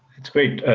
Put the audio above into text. that's great.